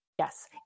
Yes